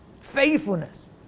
Faithfulness